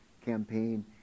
campaign